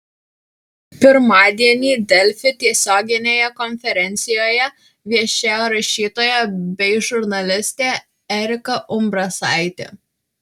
pirmadienį delfi tiesioginėje konferencijoje viešėjo rašytoja bei žurnalistė erika umbrasaitė